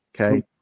okay